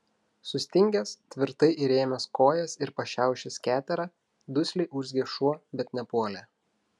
sustingęs tvirtai įrėmęs kojas ir pašiaušęs keterą dusliai urzgė šuo bet nepuolė